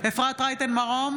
אפרת רייטן מרום,